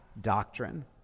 doctrine